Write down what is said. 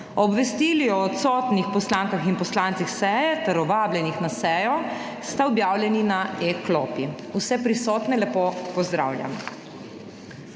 Obvestili o odsotnih poslankah in poslancih seje ter o vabljenih na sejo sta objavljeni na e-klopi. Vse prisotne lepo pozdravljam!